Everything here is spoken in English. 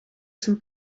some